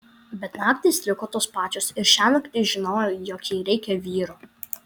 bet naktys liko tos pačios ir šiąnakt ji žinojo jog jai reikia vyro